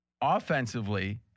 Offensively